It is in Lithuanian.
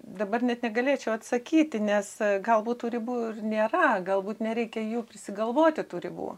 dabar net negalėčiau atsakyti nes galbūt tų ribų nėra galbūt nereikia jų prisigalvoti tų ribų